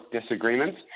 disagreements